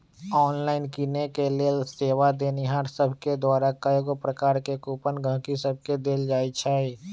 online किनेके लेल सेवा देनिहार सभके द्वारा कएगो प्रकार के कूपन गहकि सभके देल जाइ छइ